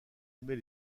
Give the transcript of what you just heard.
aimez